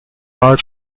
pair